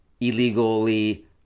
illegally